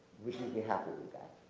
which would be happy with that.